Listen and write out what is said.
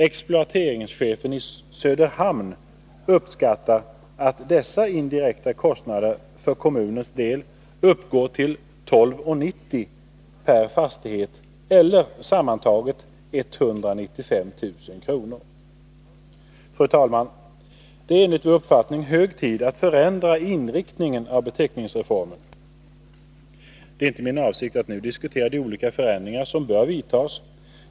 Exploateringschefen i Söderhamn uppskattar att dessa indirekta kostnader för kommunens del uppgår till 12:90 per fastighet eller sammantaget 195 000 kr. Fru talman! Det är enligt vår uppfattning hög tid att förändra inriktningen av beteckningsreformen. Det är inte min avsikt att nu diskutera de olika förändringar som bör företas.